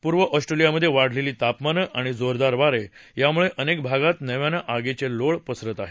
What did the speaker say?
पूर्व ऑस्ट्रेलियामध्ये वाढलेली तापमानं आणि जोरदार वारे यामुळे अनेक भागात नव्यानं आगीचे लोळ पसरत आहेत